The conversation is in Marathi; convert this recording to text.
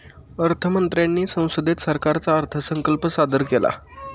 अर्थ मंत्र्यांनी संसदेत सरकारचा अर्थसंकल्प सादर केला